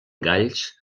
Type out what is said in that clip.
galls